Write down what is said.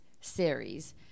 series